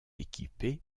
équipées